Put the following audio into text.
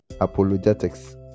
apologetics